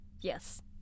yes